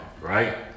Right